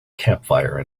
campfire